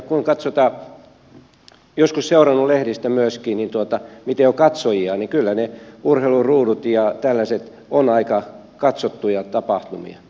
kun joskus olen seurannut lehdistä myöskin miten on katsojia niin kyllä ne urheiluruudut ja tällaiset ovat aika katsottuja tapahtumia